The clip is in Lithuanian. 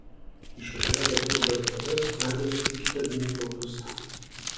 išvažiavę pro barikadas leidomės į kitą dniepro pusę